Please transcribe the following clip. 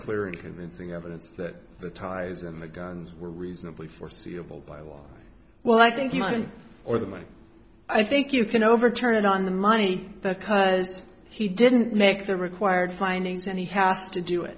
clear and convincing evidence that the ties and the guns were reasonably foreseeable by law well i think you mind or the way i think you can overturn it on the money because he didn't make the required findings and he has to do it